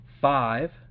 five